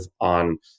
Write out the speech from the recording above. on